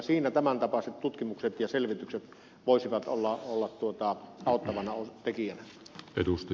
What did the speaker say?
siinä tämäntapaiset tutkimukset ja selvitykset voisivat olla auttavana tekijänä